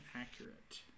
accurate